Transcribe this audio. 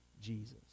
Jesus